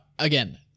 Again